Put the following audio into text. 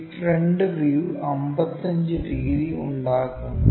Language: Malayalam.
ഈ ഫ്രണ്ട് വ്യൂ 55 ഡിഗ്രി ഉണ്ടാക്കുന്നു